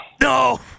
No